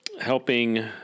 helping